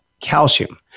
calcium